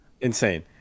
Insane